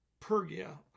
Pergia